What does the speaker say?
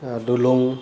Dulung